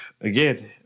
again